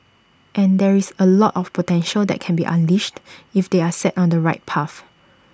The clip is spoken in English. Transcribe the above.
and there is A lot of potential that can be unleashed if they are set on the right path